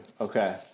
Okay